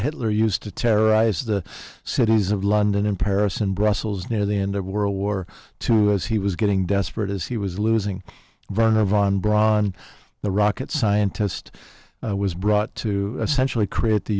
hitler used to terrorize the cities of london and paris and brussels near the end of world war two as he was getting desperate as he was losing runner von braun the rocket scientist was brought to essentially create the